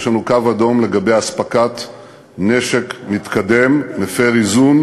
יש לנו קו אדום לגבי אספקת נשק מתקדם, מפר איזון,